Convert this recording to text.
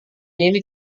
ini